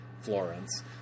Florence